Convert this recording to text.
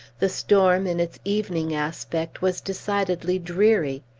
the storm, in its evening aspect, was decidedly dreary.